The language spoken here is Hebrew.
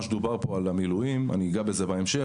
שדובר פה על המילואים ואגע בזה בהמשך,